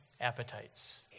appetites